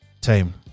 time